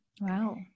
Wow